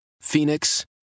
Phoenix